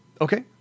okay